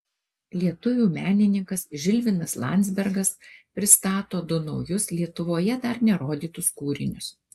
lietuvių menininkas žilvinas landzbergas pristato du naujus lietuvoje dar nerodytus kūrinius